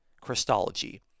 Christology